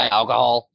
alcohol